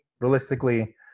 realistically